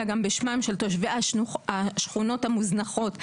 אלא גם בשמם של תושבי השכונות המוזנחות.